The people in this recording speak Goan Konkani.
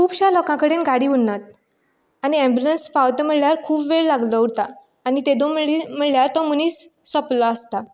खुबश्या लोकां कडेन गाडी उरनात आनी एंबुलन्स पावता म्हळ्यार खूब वेळ लागलो उरता आनी तेदो म्हणली म्हणल्यार तो मनीस सोंपलो आसता